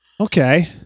Okay